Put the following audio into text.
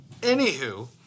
Anywho